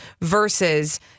versus